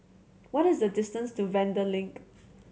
what is the distance to Vanda Link